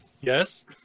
Yes